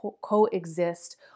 coexist